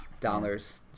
Dollars